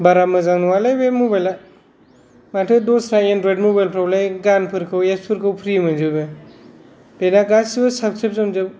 बारा मोजां नङालै बे मबाइला माथो दस्रा एनड्रयड मबाइल फोरावलाय गानफोरखौ एप्स फोरखौ फ्रि मोनजोबो बेना गासिबो साबस्क्रिपसन जोब